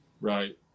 right